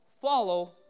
follow